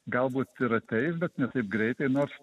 galbūt ir ateis bet ne taip greitai nors